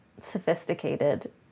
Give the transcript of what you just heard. sophisticated